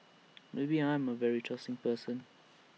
maybe I'm A very trusting person